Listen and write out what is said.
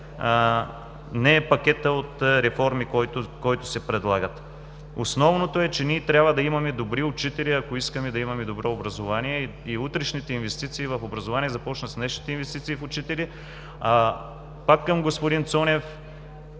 не е пакетът от реформи, които се предлагат. Основното е, че ние трябва да имаме добри учители, ако искаме да имаме добро образование и утрешните инвестиции в образование започват с днешните инвестиции в учители, а, пак към господин Цонев